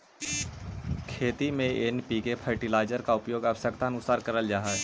खेती में NPK fertiliser का उपयोग आवश्यकतानुसार करल जा हई